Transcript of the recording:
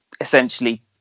essentially